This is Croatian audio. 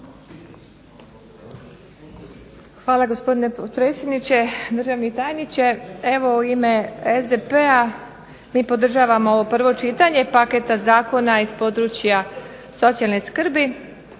Hvala gospodine potpredsjedniče, državni tajniče. Evo u ime SDP-a mi podržavamo ovo prvo čitanje paketa zakona iz područja socijalne skrbi,